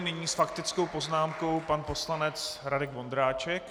Nyní s faktickou poznámkou pan poslanec Radek Vondráček.